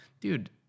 dude